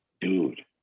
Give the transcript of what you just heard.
Dude